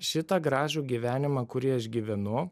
šitą gražų gyvenimą kurį aš gyvenu